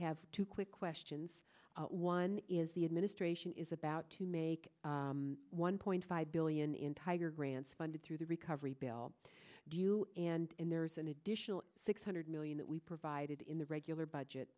have two quick questions one is the administration is about to make one point five billion in tiger grants funded through the recovery bill do you and there's an additional six hundred million that we provided in the regular budget